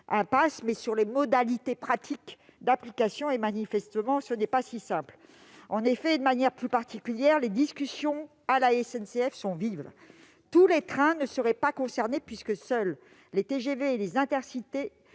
arrêterons sur les modalités pratiques d'application : manifestement, ce n'est pas si simple ! De manière particulière, les discussions à la SNCF sont vives : tous les trains ne seraient pas concernés. Seuls le seraient les TGV et les trains